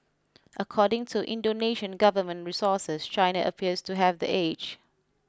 according to Indonesian government resources China appears to have the edge